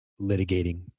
litigating